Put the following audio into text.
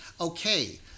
okay